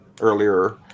earlier